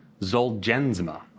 Zolgensma